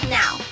now